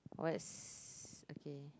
what's okay